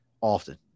Often